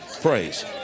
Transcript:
Praise